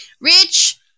Rich